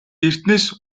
эртнээс